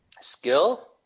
skill